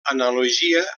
analogia